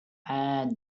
had